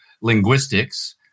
linguistics